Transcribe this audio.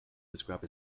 described